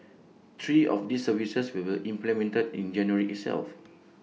three of these services will be implemented in January itself